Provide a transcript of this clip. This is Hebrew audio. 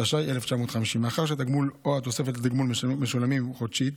התש"י 1950. מאחר שהתגמול או התוספת לתגמול משולמים חודשית,